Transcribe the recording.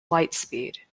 lightspeed